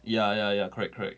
ya ya ya correct correct